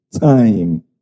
time